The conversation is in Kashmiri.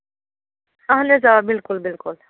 اہَن حظ آ بِلکُل بِلکُل